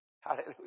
Hallelujah